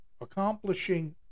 accomplishing